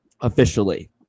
officially